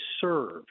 served